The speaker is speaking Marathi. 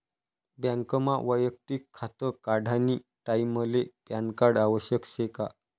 बँकमा वैयक्तिक खातं काढानी टाईमले पॅनकार्ड आवश्यक शे का?